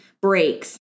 breaks